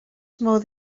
modd